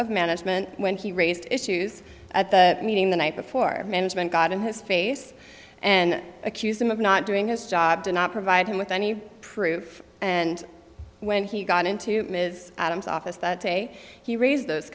of management when he raised issues at the meeting the night before management got in his face and accused him of not doing his job did not provide him with any proof and when he got into his adam's office that day he raised those